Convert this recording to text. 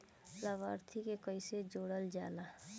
लभार्थी के कइसे जोड़ल जाला?